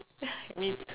me too